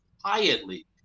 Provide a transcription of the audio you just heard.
quietly